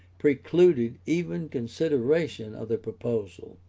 precluded even consideration of the proposal.